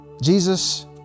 Jesus